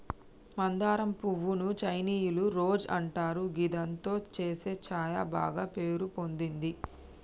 మందారం పువ్వు ను చైనీయుల రోజ్ అంటారు గిదాంతో చేసే ఛాయ బాగ పేరు పొందింది